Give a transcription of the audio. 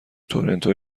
تورنتو